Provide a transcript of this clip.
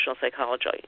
psychology